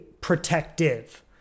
protective